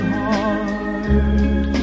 heart